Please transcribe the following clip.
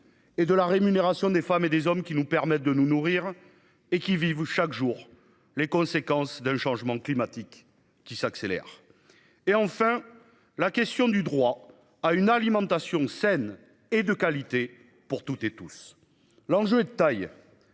Et de la rémunération des femmes et des hommes qui nous permettent de nous nourrir et qui vivent où chaque jour les conséquences d'un changement climatique qui s'accélère et enfin la question du droit à une alimentation saine et de qualité pour toutes et tous. L'enjeu est de taille.